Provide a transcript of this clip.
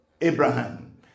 Abraham